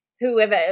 whoever